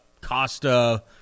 Costa